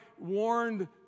warned